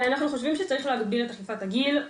אנחנו חושבים שצריך להגביר את אכיפת הגיל,